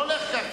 זה לא הולך כך.